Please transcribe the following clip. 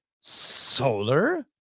Solar